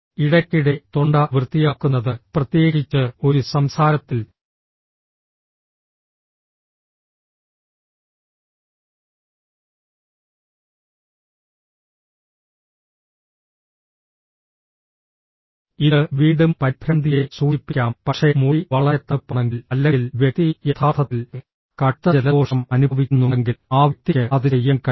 ഇടയ്ക്കിടെ തൊണ്ട വൃത്തിയാക്കുന്നത് പ്രത്യേകിച്ച് ഒരു സംസാരത്തിൽ ഇത് വീണ്ടും പരിഭ്രാന്തിയെ സൂചിപ്പിക്കാം പക്ഷേ മുറി വളരെ തണുപ്പാണെങ്കിൽ അല്ലെങ്കിൽ വ്യക്തി യഥാർത്ഥത്തിൽ കടുത്ത ജലദോഷം അനുഭവിക്കുന്നുണ്ടെങ്കിൽ ആ വ്യക്തിക്ക് അത് ചെയ്യാൻ കഴിയും